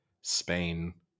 spain